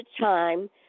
time